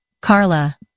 Carla